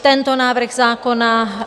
Tento návrh zákona...